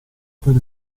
per